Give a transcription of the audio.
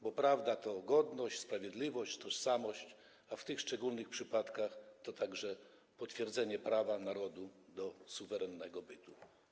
Bo prawda to godność, sprawiedliwość, tożsamość, a w tych szczególnych przypadkach to także potwierdzenie prawa narodu do suwerennego bytu.